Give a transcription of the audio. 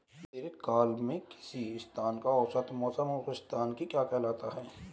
दीर्घकाल में किसी स्थान का औसत मौसम उस स्थान की क्या कहलाता है?